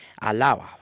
alaba